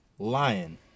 Lion